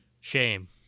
Shame